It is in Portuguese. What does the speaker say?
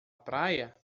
praia